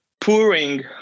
pouring